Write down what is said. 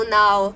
now